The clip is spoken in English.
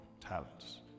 talents